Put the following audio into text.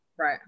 Right